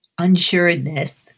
unsureness